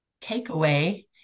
takeaway